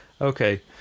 okay